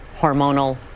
hormonal